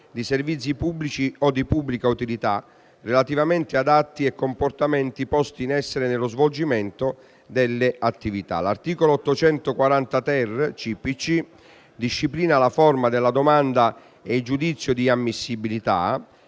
di servizi pubblici o di pubblica utilità, relativamente ad atti e comportamenti posti in essere nello svolgimento delle attività. L'articolo 840-*ter* del codice di procedura civile disciplina la forma della domanda e il giudizio di ammissibilità.